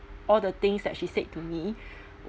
all the things that she said to me